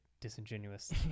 disingenuous